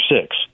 six